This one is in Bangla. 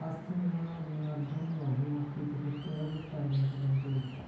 স্বাস্থ্য বিমা বিমার জন্য বিমাকৃত সত্তর হাজার টাকা নির্বাচন করুন